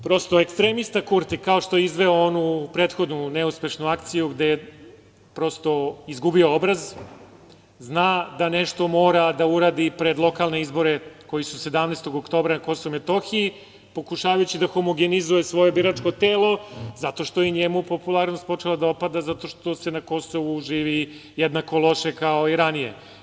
Prosto, ekstremista Kurti, kao što je izveo onu prethodnu neuspešnu akciju gde je, prosto, izgubio obraz, zna da nešto mora da uradi pred lokalne izbore koji su 17. oktobra na Kosovu i Metohiji, pokušavajući da homogenizuje svoje biračko telo, zato što je njemu počela popularnost da opada zato što se na Kosovu živi jednako loše kao i ranije.